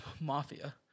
mafia